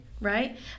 right